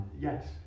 Yes